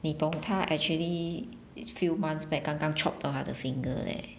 你懂她 actually its few months back 刚刚 chop 到她的 finger leh